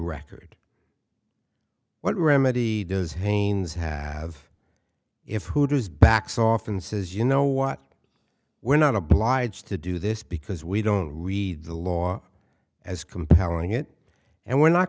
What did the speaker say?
record what remedy does haynes have if hooters backs off and says you know what we're not obliged to do this because we don't read the law as compelling it and we're not